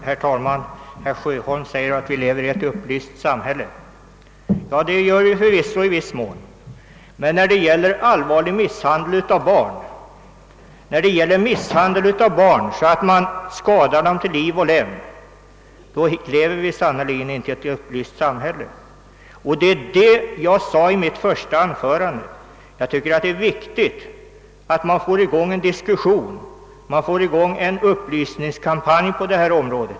Herr talman! Herr Sjöholm säger att vi lever i ett upplyst samhälle. Det gör vi i viss mån, men när det gäller allvarlig misshandel som skadar barn till liv och lem lever vi sannerligen inte i ett upplyst samhälle. Som jag sade i mitt första anförande tycker jag det är viktigt att vi får i gång en diskussion och en upplysningskampranj på detta område.